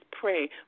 pray